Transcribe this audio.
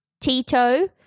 Tito